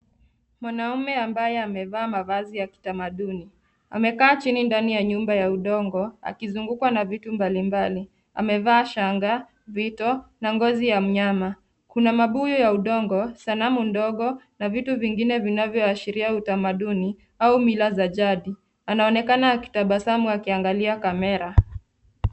Mwanaume ambaye amevaa mavazi ya kitamaduni amekaa chini ndani ya nyumba ya udongo akizungukwa na vitu mbalimbali. Amevaa shanga, vito na ngozi ya mnyama . Kuna mabuyu ya udongo, sanamu ndogo na vitu vingine vinavyoashirira utamaduni au mila za jadi. Anaonekana akitabasamu akiangalia kamera.